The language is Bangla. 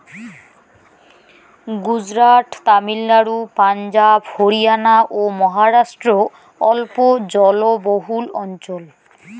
গুজরাট, তামিলনাড়ু, পাঞ্জাব, হরিয়ানা ও মহারাষ্ট্র অল্প জলবহুল অঞ্চল